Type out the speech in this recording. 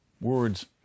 Words